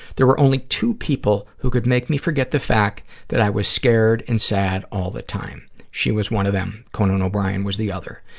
there were only two people that could make me forget the fact that i was scared and sad all the time. she was one of them. conan o'brien was the other.